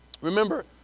Remember